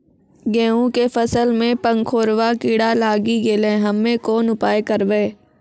गेहूँ के फसल मे पंखोरवा कीड़ा लागी गैलै हम्मे कोन उपाय करबै?